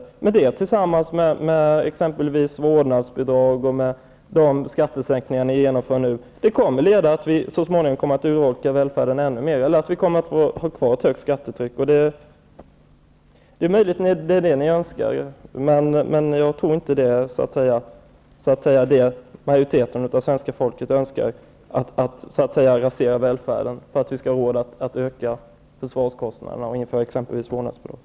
Men detta kommer tillsammans med exempelvis vårdnadsbidrag och de skattesänkningar ni nu genomför att leda till att vi så småningom kommer att urholka välfärden ännu mer, och vi kommer att ha kvar ett högt skattetryck. Det är möjligt att det är detta ni önskar. Men jag tror inte att det är vad majoriteten av svenska folket önskar, nämligen att rasera välfärden för att vi skall ha råd att öka försvarskostnaderna och exempelvis införa vårdnadsbidrag.